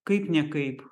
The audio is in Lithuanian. kaip ne kaip